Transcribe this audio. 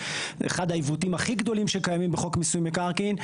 אחד העיוותים הכי גדולים שקיימים בחוק מיסוי מקרקעין,